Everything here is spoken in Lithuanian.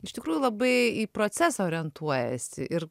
iš tikrųjų labai į procesą orientuojasi ir